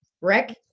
Rick